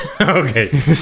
Okay